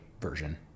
version